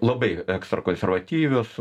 labai ekstra konservatyvios